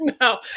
no